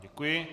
Děkuji.